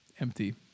Empty